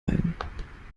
ein